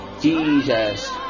Jesus